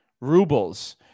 Rubles